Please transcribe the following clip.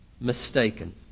mistaken